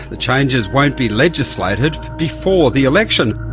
the changes won't be legislated before the election.